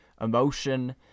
emotion